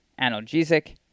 analgesic